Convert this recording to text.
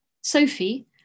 Sophie